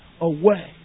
away